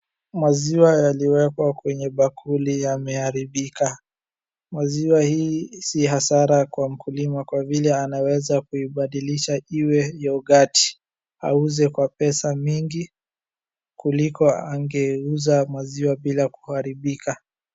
Maziwa yaliyowekwa kwa bakuli yameharibika. Maziwa hii si hasara kwa mkulima kwa vile anaweza kuibadilisha iwe ya ugali auze kwa pesa mingi kuliko angeuza maziwa bila kuharibika.